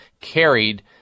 carried